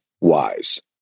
Wise